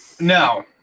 No